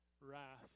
wrath